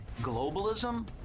Globalism